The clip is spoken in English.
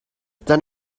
done